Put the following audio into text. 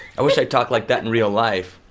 i wish i talked like that in real life.